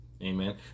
Amen